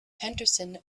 henderson